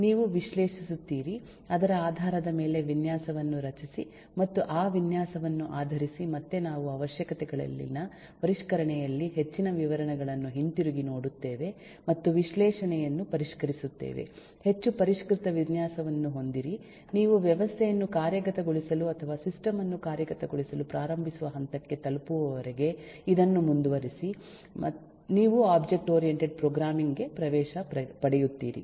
ನೀವು ವಿಶ್ಲೇಷಿಸುತ್ತೀರಿ ಅದರ ಆಧಾರದ ಮೇಲೆ ವಿನ್ಯಾಸವನ್ನು ರಚಿಸಿ ಮತ್ತು ಆ ವಿನ್ಯಾಸವನ್ನು ಆಧರಿಸಿ ಮತ್ತೆ ನಾವು ಅವಶ್ಯಕತೆಗಳಲ್ಲಿನ ಪರಿಷ್ಕರಣೆಯಲ್ಲಿ ಹೆಚ್ಚಿನ ವಿವರಗಳನ್ನು ಹಿಂತಿರುಗಿ ನೋಡುತ್ತೇವೆ ಮತ್ತು ವಿಶ್ಲೇಷಣೆಯನ್ನು ಪರಿಷ್ಕರಿಸುತ್ತೇವೆ ಹೆಚ್ಚು ಪರಿಷ್ಕೃತ ವಿನ್ಯಾಸವನ್ನು ಹೊಂದಿರಿ ನೀವು ವ್ಯವಸ್ಥೆಯನ್ನು ಕಾರ್ಯಗತಗೊಳಿಸಲು ಅಥವಾ ಸಿಸ್ಟಮ್ ಅನ್ನು ಕಾರ್ಯಗತಗೊಳಿಸಲು ಪ್ರಾರಂಭಿಸುವ ಹಂತಕ್ಕೆ ತಲುಪುವವರೆಗೆ ಇದನ್ನು ಮುಂದುವರಿಸಿ ನೀವು ಒಬ್ಜೆಕ್ಟ್ ಓರಿಯೆಂಟೆಡ್ ಪ್ರೋಗ್ರಾಮಿಂಗ್ ಗೆ ಪ್ರವೇಶ ಪಡೆಯುತ್ತೀರಿ